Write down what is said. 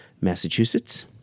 Massachusetts